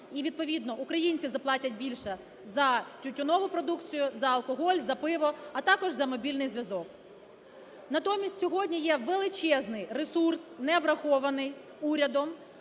і відповідно українці заплатять більше за тютюнову продукцію, за алкоголь, за пиво, а також за мобільний зв'язок. Натомість сьогодні є величезний ресурс, не врахований урядом,